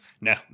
No